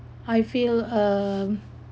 I feel uh